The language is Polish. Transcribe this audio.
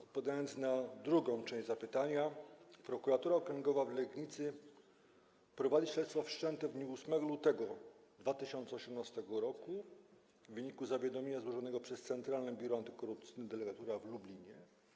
Odpowiadając na drugą część zapytania: Prokuratura Okręgowa w Legnicy prowadzi śledztwo wszczęte w dniu 8 lutego 2018 r. w wyniku zawiadomienia złożonego przez Centralne Biuro Antykorupcyjne, delegatura w Lublinie.